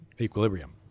Equilibrium